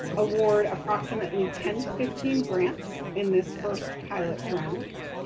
award approximately ten fifteen grants in this first pilot round.